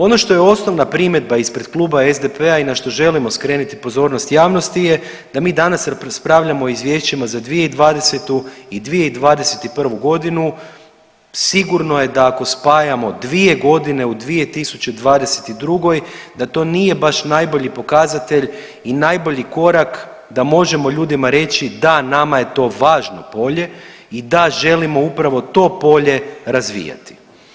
Ono što je osnovna primjedba ispred Kluba SDP-a i na što želimo skrenuti pozornost javnosti je da mi danas raspravljamo o izvješćima za 2020. i 2021. godinu sigurno je da ako spajamo dvije godine u 2022. da to nije baš najbolji pokazatelj i najbolji korak da možemo ljudima reći da nama je to važno polje i da želimo upravo to polje razvijati.